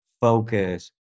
focus